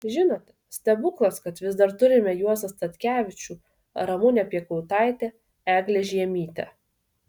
žinote stebuklas kad vis dar turime juozą statkevičių ramunę piekautaitę eglę žiemytę